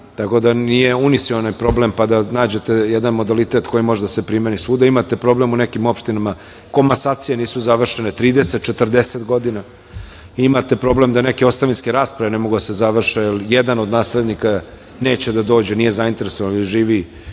tako da nije unision problem pa da nađete jedan modalitet koji može da se primeni svuda. Imate problem u nekim opštinama, komasacije nisu završene, 30, 40 godina i imate problem da neke ostavinske rasprave ne mogu da se završe, jer jedan od naslednika neće da dođe, nije zainteresovan, jer živi